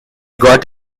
got